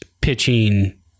pitching